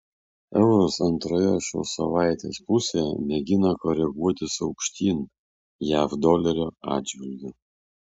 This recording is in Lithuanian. euras antroje šio savaitės pusėje mėgina koreguotis aukštyn jav dolerio atžvilgiu